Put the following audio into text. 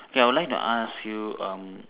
okay I would like to ask you um